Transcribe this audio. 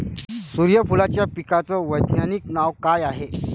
सुर्यफूलाच्या पिकाचं वैज्ञानिक नाव काय हाये?